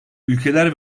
ülkeler